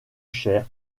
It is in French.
cher